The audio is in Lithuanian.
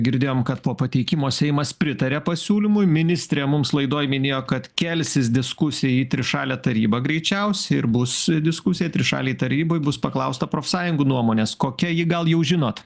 girdėjom kad po pateikimo seimas pritaria pasiūlymui ministrę mums laidoj minėjo kad kelsis diskusijai į trišalę tarybą greičiausiai ir bus diskusijai trišalei tarybai bus paklausta profsąjungų nuomonės kokia ji gal jau žinot